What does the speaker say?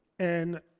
and,